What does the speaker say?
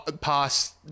past